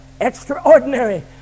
extraordinary